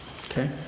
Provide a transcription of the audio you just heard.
Okay